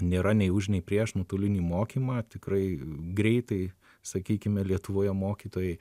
nėra nei už nei prieš nuotolinį mokymą tikrai greitai sakykime lietuvoje mokytojai